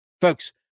Folks